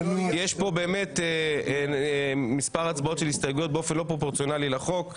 באמת יש פה מספר הצבעות על הסתייגויות באופן לא פרופורציונלי לחוק,